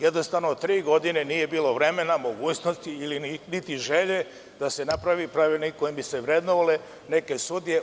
Jednostavno tri godine nije bilo vremena, mogućnosti niti želje da se napravi pravilnik kojim bi se vrednovale neke sudije.